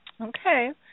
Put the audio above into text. Okay